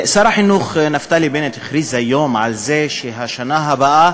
שר החינוך נפתלי בנט הכריז היום שהשנה הבאה